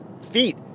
feet